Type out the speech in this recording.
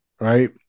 right